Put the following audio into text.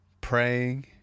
Praying